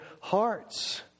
hearts